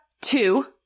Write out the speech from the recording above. two